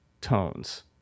tones